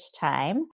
time